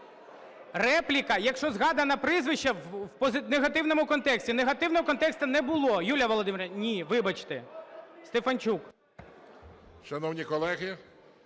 Репліка, якщо згадане прізвище в негативному контексті. Негативного контексту не було. Юлія Володимирівна, ні, вибачте. Стефанчук. 14:10:00